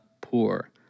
poor